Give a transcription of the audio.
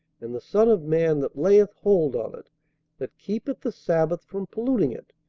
and the son of man that layeth hold on it that keepeth the sabbath from polluting it,